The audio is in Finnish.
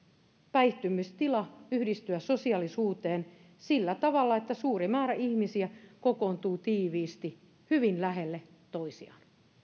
päihtymystila yhdistyä sosiaalisuuteen sillä tavalla että suuri määrä ihmisiä kokoontuu tiiviisti hyvin lähelle toisiaan